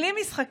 בלי משחקים.